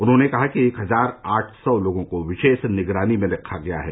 उन्होंने कहा कि एक हजार आठ सौ लोगों को विशेष निगरानी में रखा गया है